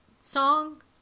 song